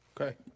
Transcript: Okay